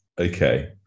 Okay